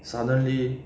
suddenly